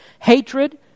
hatred